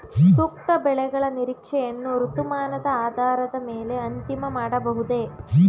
ಸೂಕ್ತ ಬೆಳೆಗಳ ನಿರೀಕ್ಷೆಯನ್ನು ಋತುಮಾನದ ಆಧಾರದ ಮೇಲೆ ಅಂತಿಮ ಮಾಡಬಹುದೇ?